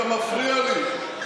אתה מפריע לי.